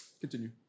Continue